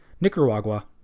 Nicaragua